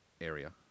area